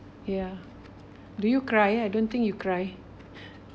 ya did you cry I don't think you cry